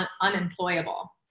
unemployable